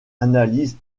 analyse